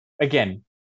Again